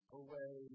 away